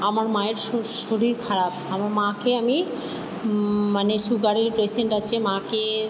আমার মায়ের শো শরীর খারাপ আমার মাকে আমি মানে সুগারের পেশেন্ট আছে মাকে